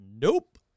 Nope